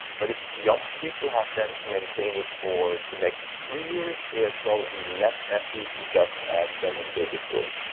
but if the ops people have then to maintain it for the next three years, they're ah probably less happy if you just add random data stores.